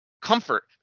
comfort